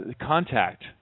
Contact